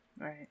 Right